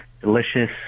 Delicious